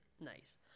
Nice